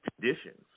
conditions